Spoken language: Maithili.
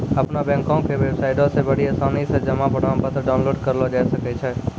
अपनो बैंको के बेबसाइटो से बड़ी आसानी से जमा प्रमाणपत्र डाउनलोड करलो जाय सकै छै